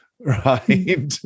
right